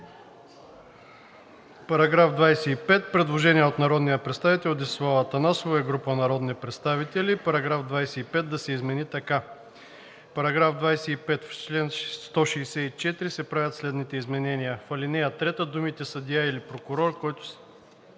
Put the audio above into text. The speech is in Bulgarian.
По § 25 има предложение от народния представител Десислава Атанасова и група народни представители. Параграф 25 да се измени така: „§ 25. В чл. 164 се правят следните изменения: 1. В ал. 3 думите „съдия или прокурор, който“